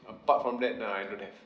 apart from that uh I don't have mmhmm